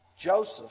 Joseph